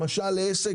למשל לעסק,